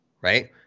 right